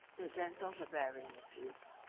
the gentle barbarian refused,